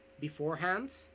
beforehand